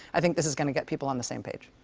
i think this is going to get people on the same page.